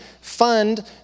fund